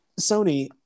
Sony